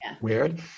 weird